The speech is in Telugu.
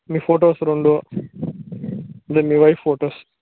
మీ ఫొటోస్ రెండు అంటే మీ వైఫ్ ఫొటోస్